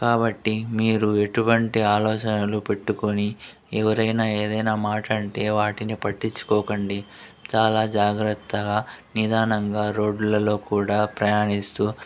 కాబట్టి మీరు ఎటువంటి ఆలోచనలు పెట్టుకొని ఎవరైనా ఏదైనా మాట అంటే వాటిని పట్టించుకోకండి చాలా జాగ్రత్తగా నిదానంగా రోడ్లలో కూడా ప్రయాణిస్తూ